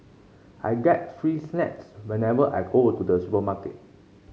I get free snacks whenever I go to the supermarket